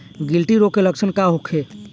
गिल्टी रोग के लक्षण का होखे?